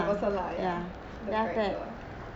as a person lah ya the character